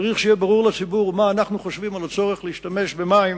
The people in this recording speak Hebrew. צריך שיהיה ברור לציבור מה אנחנו חושבים על הצורך להשתמש במים